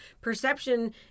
perception